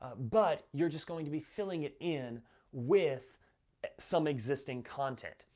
ah but you're just going to be filling it in with some existing content.